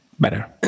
better